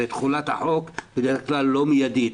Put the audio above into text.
הרי תחולת החוק בדרך כלל לא מיידית,